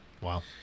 Wow